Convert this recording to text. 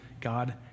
God